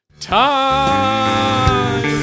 time